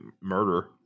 murder